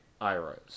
Iros